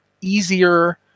easier